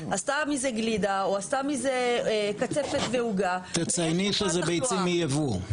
עשתה מזה גלידה או עשתה מזה קצפת בעוגה --- תצייני שזה ביצים מייבוא.